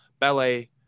ballet